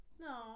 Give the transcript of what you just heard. No